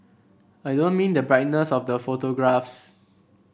I don't mean the brightness of the photographs